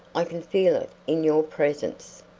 i can feel it in your presence.